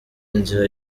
inzira